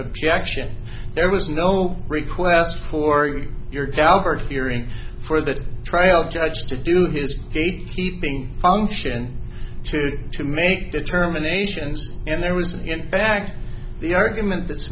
objection there was no request for your dauber theory for the trial judge to do his gatekeeping function to to make determinations and there was in fact the argument